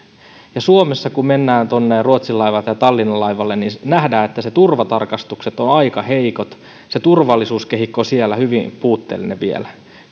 suomessa kun mennään ruotsin laivalle tai tallinnan laivalle niin nähdään että ne turvatarkastukset ovat aika heikot se turvallisuuskehikko on siellä hyvin puutteellinen vielä